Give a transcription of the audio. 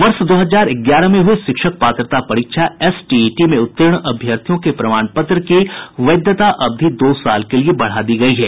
वर्ष दो हजार ग्यारह में हुये शिक्षक पात्रता परीक्षा एसटीईटी में उत्तीर्ण अभ्यथियों के प्रमाण पत्र की वैधता अवधि दो साल के लिए बढ़ा दी गयी है